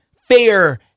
fair